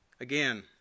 again